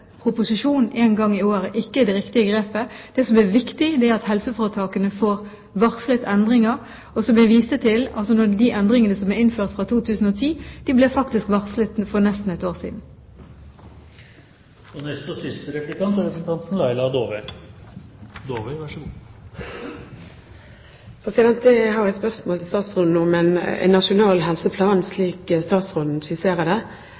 gang i året ikke er det riktige grepet. Det som er viktig, er at helseforetakene får varslet endringer, og, som jeg viste til, ble de endringene som er innført for 2010, faktisk varslet for nesten ett år siden. Jeg har et spørsmål til statsråden om en nasjonal helseplan, slik statsråden skisserer den, vil ivareta den økonomiske forutsigbarheten som er helt nødvendig, og som har